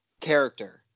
character